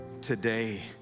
today